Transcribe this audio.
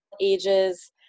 ages